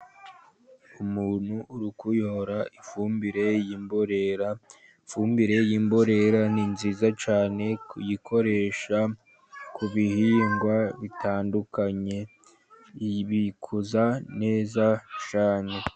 Umuntu urikuyobora ifumbire y immbora ifumbire y'imborera ni nziza c kuyikoresha ku bihingwa bitandukanye ibikuza neza cyane.